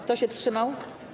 Kto się wstrzymał?